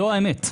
זו האמת.